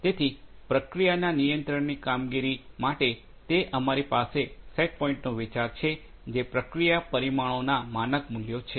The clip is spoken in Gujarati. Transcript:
તેથી પ્રક્રિયાના નિયંત્રિત કામગીરી માટે તે અમારી પાસે સેટ પોઇન્ટનો વિચાર છે જે પ્રક્રિયા પરિમાણોના માનક મૂલ્યો છે